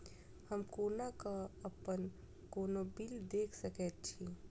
हम कोना कऽ अप्पन कोनो बिल देख सकैत छी?